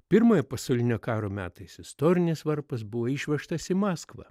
pirmojo pasaulinio karo metais istorinis varpas buvo išvežtas į maskvą